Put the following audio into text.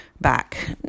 back